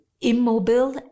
immobile